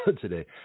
today